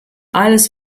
alles